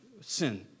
sin